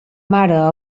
mare